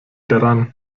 daran